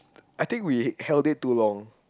I think we held it too long